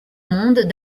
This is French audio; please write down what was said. monde